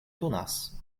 donas